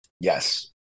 Yes